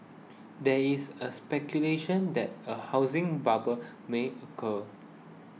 there is a speculation that a housing bubble may occur